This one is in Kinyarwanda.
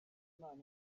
imana